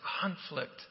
conflict